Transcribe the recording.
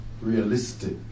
realistic